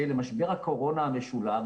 שלמשבר הקורונה המשולב,